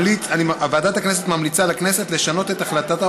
ועדת הכנסת ממליצה לכנסת לשנות את החלטתה